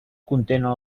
contenen